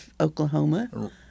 Oklahoma